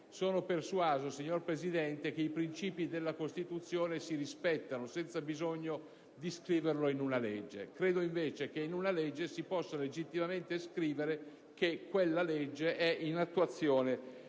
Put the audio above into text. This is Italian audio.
Sono persuaso, signora Presidente, che i principi della Costituzione si rispettano senza bisogno di scriverli in una legge; credo invece che in una legge si possa oggettivamente scrivere che la stessa è in attuazione